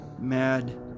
mad